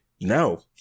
no